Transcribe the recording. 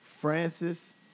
Francis